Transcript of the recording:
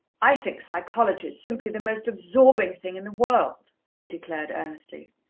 i think psychology is simply the most absorbing thing in the world, he declared earnestly.